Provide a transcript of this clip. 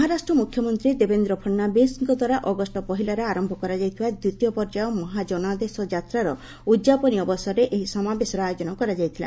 ମହାରାଷ୍ଟ୍ର ମୁଖ୍ୟମନ୍ତ୍ରୀ ଦେବେନ୍ଦ୍ର ଫଡନାବିସ୍ଙ୍କ ଦ୍ୱାରା ଅଗଷ୍ଟ ପହିଲାରେ ଆରମ୍ଭ କରାଯାଇଥିବା ଦ୍ୱିତୀୟ ପର୍ଯ୍ୟାୟ ମହାଜନାଦେଶ ଯାତ୍ରାର ଉଦ୍ଯାପନୀ ଅବସରରେ ଏହି ସମାବେଶର ଆୟୋଜନ କରାଯାଇଥିଲା